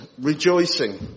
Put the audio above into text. Rejoicing